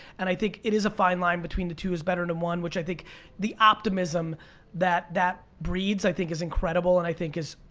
and i think it is a fine line between the two is better than one which i think the optimism that that breeds i think is incredible and i think is